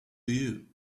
you